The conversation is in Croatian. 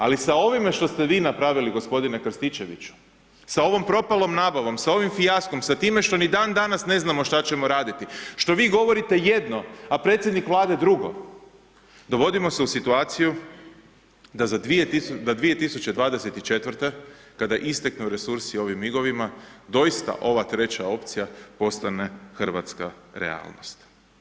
Ali, sa ovime što ste vi napravili gospodine Krstičeviću, sa ovom propalom nabavom, sa ovim fijaskom, sa time što ni dan danas ne znamo što ćemo raditi, što vi govorite jedno, a predsjednik Vlade drugo, dovodimo se u situaciju, da 2024. kada isteknu resursi ovim MIG-ovima, doista ova treća opcija postane hrvatska realnost.